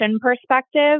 perspective